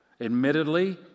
Admittedly